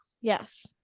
Yes